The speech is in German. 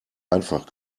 einfach